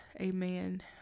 Amen